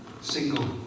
single